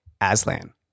Aslan